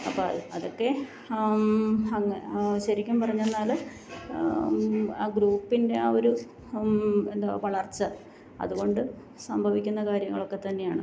അപ്പോൾ അത് അതൊക്കെ അങ്ങ് ശരിക്കും പറഞ്ഞെന്നാല് ആ ഗ്രൂപ്പിൻ്റെ ആ ഒരു എന്തോ വളർച്ച അതുകൊണ്ട് സംഭവിക്കുന്ന കാര്യങ്ങളൊക്കെ തന്നെയാണ്